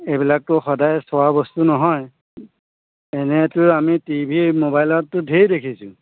এইবিলাকতো সদায় চোৱা বস্তু নহয় এনেইতো আমি টিভি ম'বাইলততো ঢেৰ দেখিছোঁ